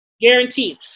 guaranteed